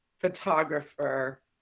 photographer